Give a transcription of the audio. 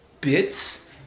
bits